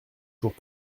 jours